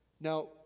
Now